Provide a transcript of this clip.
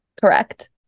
Correct